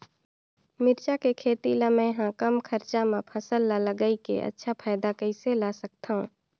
मिरचा के खेती ला मै ह कम खरचा मा फसल ला लगई के अच्छा फायदा कइसे ला सकथव?